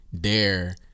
dare